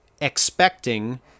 expecting